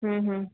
હમ હમ